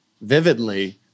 vividly